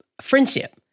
friendship